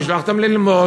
ונשלח אותם ללמוד?